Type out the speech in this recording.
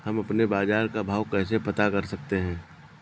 हम अपने बाजार का भाव कैसे पता कर सकते है?